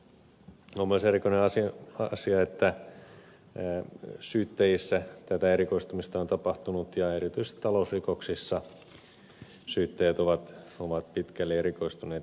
on myös erikoinen asia että syyttäjissä tätä erikoistumista on tapahtunut ja erityisesti talousrikoksissa syyttäjät ovat pitkälle erikoistuneita